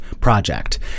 project